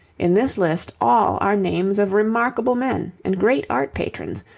in this list, all are names of remarkable men and great art-patrons,